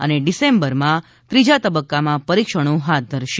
અને ડિસેમ્બરમાં ત્રીજા તબક્કામાં પરિક્ષણો હાથ ધરશે